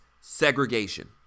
segregation